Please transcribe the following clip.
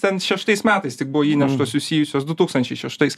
ten šeštais metais tik buvo įneštos susijusios du tūkstančiai šeštais